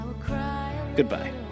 goodbye